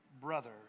brother